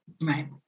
Right